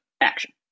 action